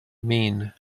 mean